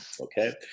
Okay